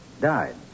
died